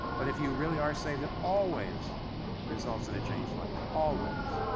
but if you really are saved, that always results in a changed life. always.